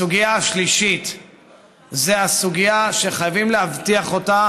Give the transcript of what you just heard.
הסוגיה השלישית זו סוגיה שחייבים להבטיח אותה,